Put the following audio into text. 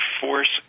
force